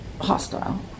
hostile